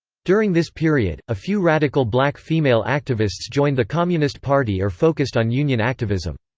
during this period, a few radical black female activists joined the communist party or focused on union activism.